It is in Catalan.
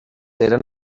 eren